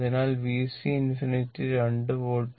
അതിനാൽ VC ∞ 2 volt